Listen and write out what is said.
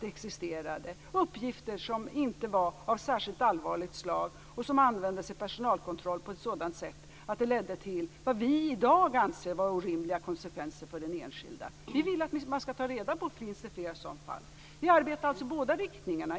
existerar, dvs. att uppgifter som inte var av särskilt allvarligt slag användes vid personalkontroll på ett sådant sätt att det ledde till vad vi i dag anser vara orimliga konsekvenser för den enskilde? Vi vill att man skall ta reda på om det finns flera sådana fall. Vi arbetar alltså i båda riktningarna.